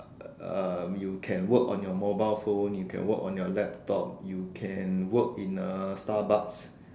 uh you can work on your mobile phone you can work on your laptop you can work in uh Starbucks